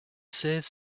serves